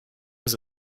was